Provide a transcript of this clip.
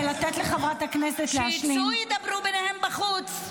שיצאו וידברו ביניהם בחוץ.